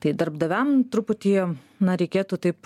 tai darbdaviam truputį na reikėtų taip